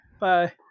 bye